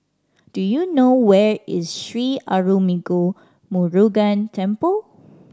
do you know where is Sri Arulmigu Murugan Temple